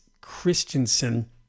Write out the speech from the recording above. Christensen